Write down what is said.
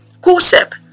gossip